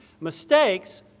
Mistakes